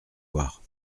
voir